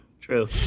true